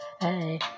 hey